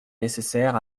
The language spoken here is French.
nécessaire